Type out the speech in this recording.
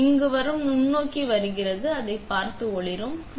எனவே இங்கு வரும் நுண்ணோக்கி வருகிறது அதைப் பார்த்து ஒளிரும்